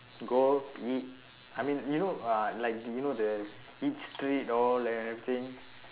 go eat I mean you know uh like you know the eat street all and everything